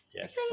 Yes